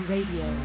Radio